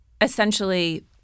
essentially